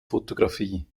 fotografie